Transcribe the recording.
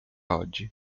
oggi